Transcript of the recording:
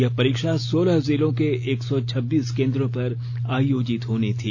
यह परीक्षा सोलह जिलों के एक सौ छब्बीस केंद्रों पर आयोजित होनी थी